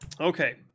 Okay